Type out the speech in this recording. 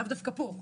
לאו דווקא פה,